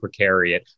Precariat